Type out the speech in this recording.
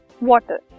water